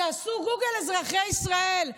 תעשו גוגל, אזרחי ישראל.